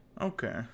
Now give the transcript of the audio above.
Okay